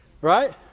Right